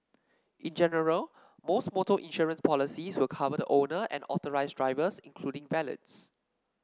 in general most motor insurance policies will cover the owner and authorised drivers including valets